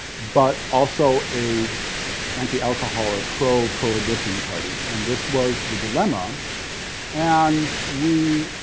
but also a anti-alcohol or pro prohibition party and this was the dilemma and we,